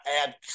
add